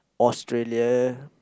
Australia